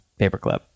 paperclip